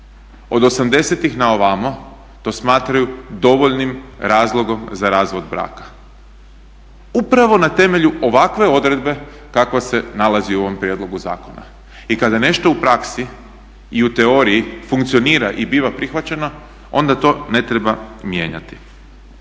od 80.tih na ovamo to smatraju dovoljnim razlogom za razvod braka. Upravo na temelju ovakve odredbe kakva se nalazi u ovom prijedlogu zakona. I kada nešto u praksi i u teoriji funkcionira i biva prihvaćeno onda to ne treba mijenjati.